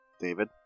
David